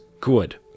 good